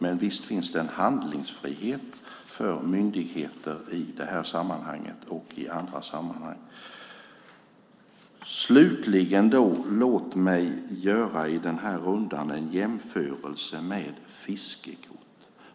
Men visst finns det en handlingsfrihet för myndigheter i det här sammanhanget och i andra sammanhang. Låt mig slutligen i den här rundan göra en jämförelse med fiskekort!